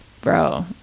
bro